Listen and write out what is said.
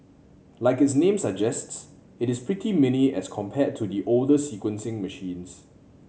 like its name suggests it is pretty mini as compared to the older sequencing machines